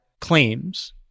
claims